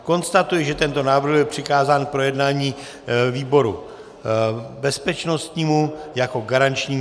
Konstatuji, že tento návrh byl přikázán k projednání výboru bezpečnostnímu jako výboru garančnímu.